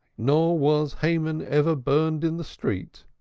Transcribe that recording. nor was haman ever burnt in the streets,